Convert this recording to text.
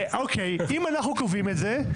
תומר, בלשון העם אתה רק דוחה את הבעיה.